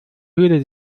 hürde